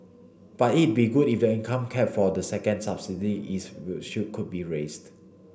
but it'd be good if income cap for the second subsidy is should could be raised